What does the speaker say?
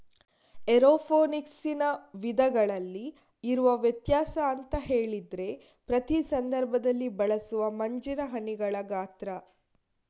ಏರೋಫೋನಿಕ್ಸಿನ ವಿಧಗಳಲ್ಲಿ ಇರುವ ವ್ಯತ್ಯಾಸ ಅಂತ ಹೇಳಿದ್ರೆ ಪ್ರತಿ ಸಂದರ್ಭದಲ್ಲಿ ಬಳಸುವ ಮಂಜಿನ ಹನಿಗಳ ಗಾತ್ರ